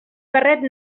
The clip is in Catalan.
barret